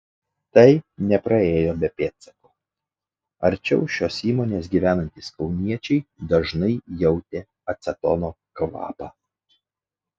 tai nepraėjo be pėdsako arčiau šios įmonės gyvenantys kauniečiai dažnai jautė acetono kvapą